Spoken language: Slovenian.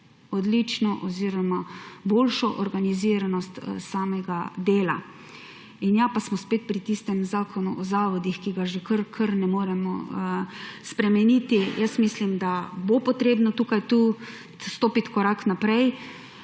odlično oziroma boljšo organiziranost samega dela. Pa smo spet pri tistem Zakonu o zavodih, ki ga še kar ne moremo spremeniti. Mislim, da bo treba tukaj stopiti korak naprej